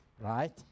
right